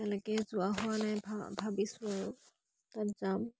তেনেকৈ যোৱা হোৱা নাই ভা ভাবিছোঁ আৰু তাত যাম